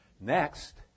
Next